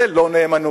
זו לא נאמנות.